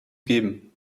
geben